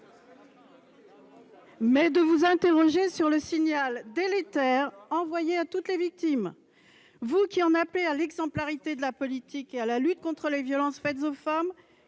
mais de vous interroger sur le signal délétère envoyé à toutes les victimes. Vous qui en appelez à l'exemplarité de la politique et à la lutte contre les violences faites aux femmes,